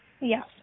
Yes